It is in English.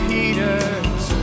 Peter's